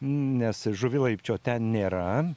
nes žuvilaipčio ten nėra